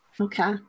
Okay